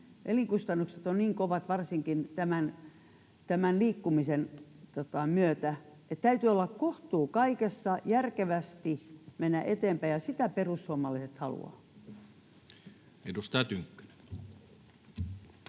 elinkustannukset ovat niin kovat varsinkin tämän liikkumisen myötä. Täytyy olla kohtuus kaikessa ja järkevästi mennä eteenpäin, ja sitä perussuomalaiset haluavat. [Speech